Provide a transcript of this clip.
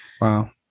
Wow